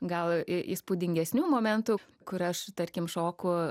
gal i įspūdingesnių momentų kur aš tarkim šoku